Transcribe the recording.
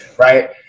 right